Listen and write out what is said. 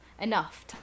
enough